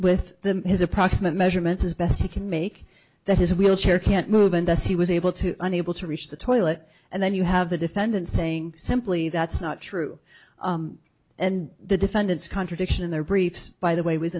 with his approximate measurements as best he can make that his wheelchair can't move unless he was able to an able to reach the toilet and then you have the defendant saying simply that's not true and the defendant's contradiction in their briefs by the way w